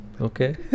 okay